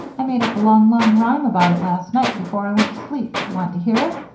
i made up a long, long rhyme about it last night before i went to sleep. want to hear it?